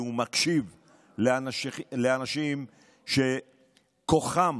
והוא מקשיב לאנשים שכוחם